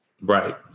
Right